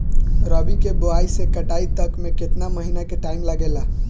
रबी के बोआइ से कटाई तक मे केतना महिना के टाइम लागेला?